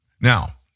Now